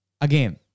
again